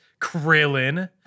Krillin